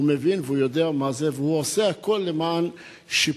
הוא מבין והוא יודע מה זה והוא עושה הכול למען שיפור